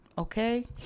Okay